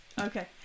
Okay